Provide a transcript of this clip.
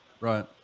right